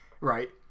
right